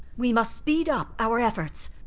we must speed up our efforts.